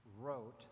wrote